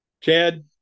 Chad